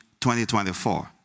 2024